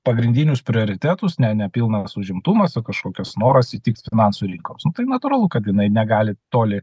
pagrindinius prioritetus ne ne pilnas užimtumas kažkokios noras įtikt finansų rinkoms nu tai natūralu kad jinai negali toli